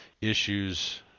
issues